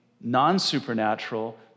non-supernatural